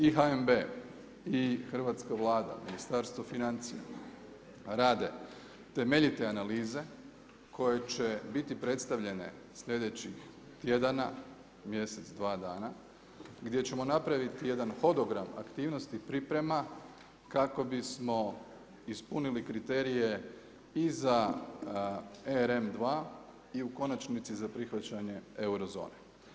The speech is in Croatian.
I HNB i hrvatska Vlada i Ministarstvo financija rade temeljite analize koje će biti predstavljene slijedećih tjedana, mjesec, dva dana, gdje ćemo napraviti jedan hodogram aktivnosti priprema kako bismo ispunili kriterije i za RM2 i u konačnici za prihvaćanje euro zone.